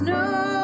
no